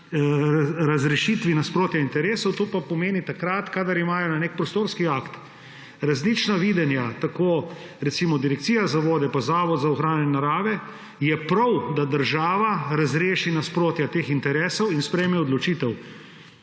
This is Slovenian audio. razrešitvi nasprotja interesov. To pa pomeni takrat, kadar imata o nekem prostorskem aktu različna videnja tako Direkcija za vode kot zavod za ohranjanje narave, je prav, da država razreši nasprotja teh interesov in sprejme odločitev.